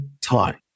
time